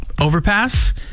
overpass